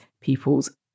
people's